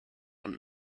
und